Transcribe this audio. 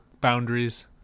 boundaries